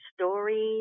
stories